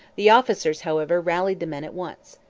the officers, however, rallied the men at once.